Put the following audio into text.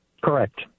Correct